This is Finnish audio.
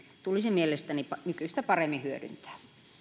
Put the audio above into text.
tulisi mielestäni nykyistä paremmin hyödyntää